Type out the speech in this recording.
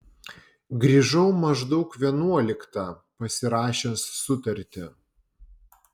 grįžau maždaug vienuoliktą pasirašęs sutartį